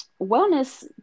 wellness